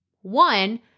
One